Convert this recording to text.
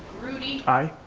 groody. i.